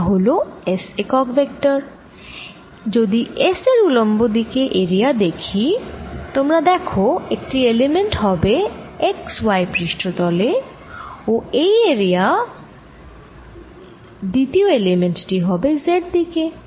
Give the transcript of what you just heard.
এটা হল S একক ভেক্টর যদি Sএর উলম্ব দিকে এরিয়া দেখি তোমরা দেখ একটি এলিমেন্ট হবে x y পৃষ্ঠ তলে ও এই এরিয়ার দ্বিতীয় এলিমেন্ট টি হবে Z দিকে